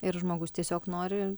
ir žmogus tiesiog nori